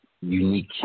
unique